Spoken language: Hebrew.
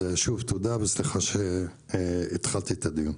אז שוב תודה וסליחה שהתחלתי את הדיון.